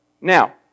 Now